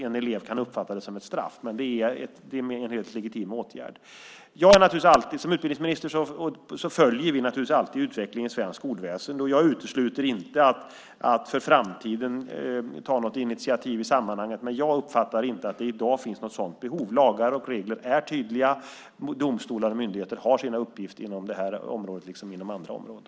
En elev kan uppfatta det som ett straff. Men det är en helt legitim åtgärd. Som utbildningsminister följer jag naturligtvis utvecklingen i svenskt skolväsende. Jag utesluter inte att jag i framtiden tar något initiativ i sammanhanget, men jag uppfattar inte att det i dag finns något sådant behov. Lagar och regler är tydliga. Domstolar och myndigheter har sina uppgifter inom det här området liksom inom andra områden.